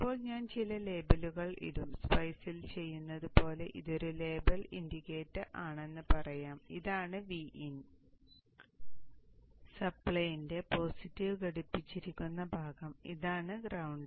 ഇപ്പോൾ ഞാൻ ചില ലേബലുകൾ ഇടും സ്പൈസിൽ ചെയ്യുന്നതുപോലെ ഇതൊരു ലേബൽ ഇൻഡിക്കേറ്റർ ആണെന്ന് പറയാം ഇതാണ് Vin സപ്പ്ളൈയിന്റെ പോസിറ്റീവ് ഘടിപ്പിച്ചിരിക്കുന്ന ഭാഗം ഇതാണ് ഗ്രൌണ്ട്